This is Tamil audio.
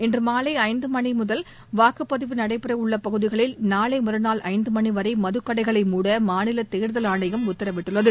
இன்று மாலை ஐந்துமணி முதல் வாக்குப்பதிவு நடைபெற உள்ள பகுதிகளில் நாளை மறுநாள் ஐந்துமணி வரை மதுக்கடைகளை மூட மாநில தேர்தல் ஆணையம் உத்தரவிட்டுள்ளது